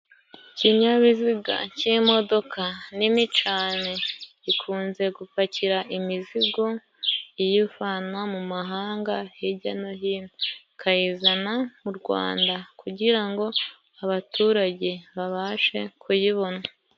Kinyabiziga cy'imodoka nini cane gikunze gupakira imizigo, iyivana mu mahanga hirya no hino ikayizana mu Rwanda, kugira ngo abaturage babashe kuyibona.